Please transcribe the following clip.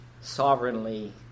sovereignly